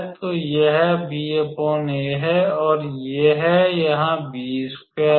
तो यह ba है और यह यहां है